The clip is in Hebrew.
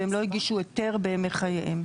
והם לא הגישו היתר בימי חייהם.